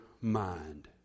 mind